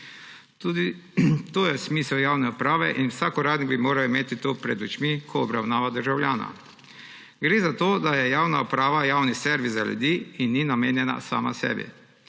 Tudi to je smisel javne uprave in vsak uradnik bi moral imeti to pred očmi, ki obravnava državljana. Gre za to, da je javna uprava javni servis za ljudi in ni namenjena sama sebi.